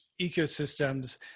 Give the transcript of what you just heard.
ecosystems